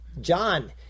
John